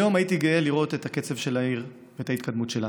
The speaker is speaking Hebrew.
היום הייתי גאה לראות את הקצב של ההתקדמות של העיר,